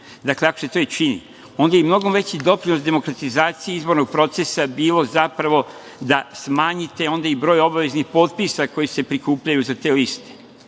svejedno, ako se to i čini, onda je i mnogo veći doprinos demokratizaciji izbornog procesa bilo zapravo da smanjite onda i broj obaveznih potpisa koji se prikupljaju za te liste,